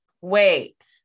wait